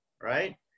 right